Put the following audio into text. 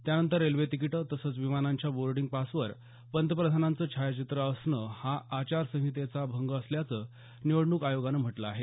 त्यानंतर रेल्वे तिकीटं तसंच विमानाच्या बोर्डिंग पासवर पंतप्रधानांचं छायाचित्र असणं हा आचार संहितेचा भंग असल्याचं निवडणूक आयोगानं म्हटलं आहे